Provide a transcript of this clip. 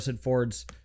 Ford's